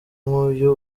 nk’uyu